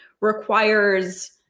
requires